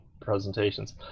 presentations